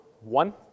One